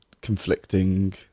conflicting